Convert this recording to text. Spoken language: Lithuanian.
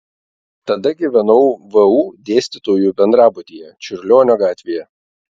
tada gyvenau vu dėstytojų bendrabutyje čiurlionio gatvėje